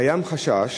קיים חשש